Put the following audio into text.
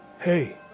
hey